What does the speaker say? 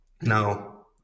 now